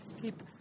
keep